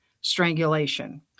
strangulation